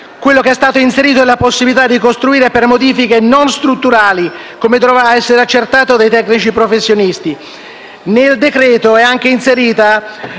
Quello che è stato inserito è la possibilità di costruire per modifiche non strutturali, come dovrà essere accertato dai tecnici professionisti. Nel decreto è anche inserita